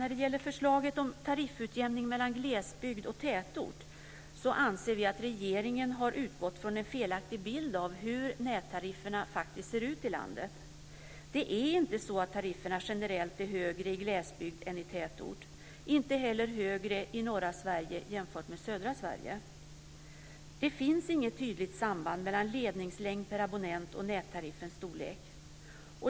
När det gäller förslaget om tariffutjämning mellan glesbygd och tätort anser vi att regeringen har utgått från en felaktig bild av hur nättarifferna faktiskt ser ut i landet. Tarifferna är inte generellt högre i glesbygd än i tätort. De är inte heller högre i norra Sverige jämfört med södra Sverige. Det finns inget tydligt samband mellan ledningslängd per abonnent och nättariffens storlek.